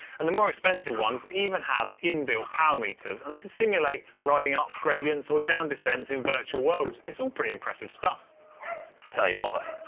and the more expensive ones even have inbuilt power meters. and they can simulate riding up gradients or down descends in virtual worlds. it's all pretty impressive stuff. ollie tell you what though.